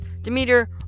Demeter